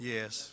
Yes